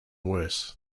worse